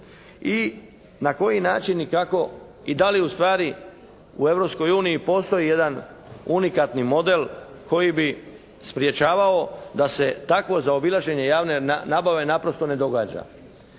I na koji način i kako i da li ustvari u Europskoj uniji postoji jedan unikatni model koji bi sprečavao da se takvo zaobilaženje javne nabave naprosto ne događa.